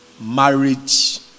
marriage